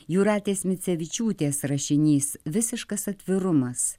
jūratės micevičiūtės rašinys visiškas atvirumas